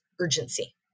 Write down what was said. urgency